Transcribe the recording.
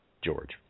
George